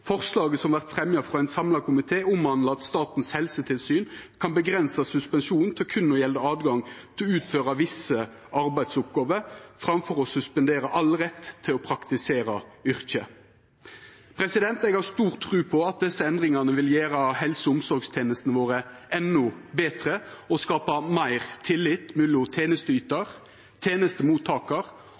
Forslaget som vert fremja frå ein samla komité, omhandlar at Statens helsetilsyn kan avgrensa suspensjonen til berre å gjelda tilgang til å utføra visse arbeidsoppgåver framfor å suspendera all rett til å praktisera yrket. Eg har stor tru på at desse endringane vil gjera helse- og omsorgstenestene våre endå betre og skapa meir tillit mellom